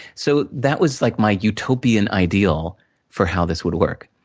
so, that was like my utopian ideal for how this would work.